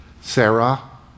Sarah